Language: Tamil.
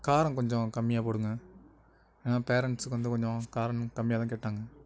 காரம் கொஞ்சம் கம்மியாக போடுங்கள் ஏன்னா பேரன்ட்ஸுக்கு வந்து கொஞ்சம் காரம் இன்னும் கம்மியாக தான் கேட்டாங்க